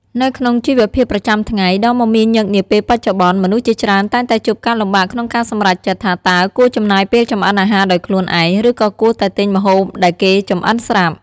នៅក្នុងជីវភាពប្រចាំថ្ងៃដ៏មមាញឹកនាពេលបច្ចុប្បន្ន មនុស្សជាច្រើនតែងតែជួបការលំបាកក្នុងការសម្រេចចិត្តថាតើគួរចំណាយពេលចម្អិនអាហារដោយខ្លួនឯង ឬក៏គួរតែទិញម្ហូបដែលគេចម្អិនស្រាប់។